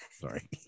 Sorry